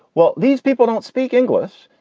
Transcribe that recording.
well, these people don't speak english,